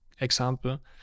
example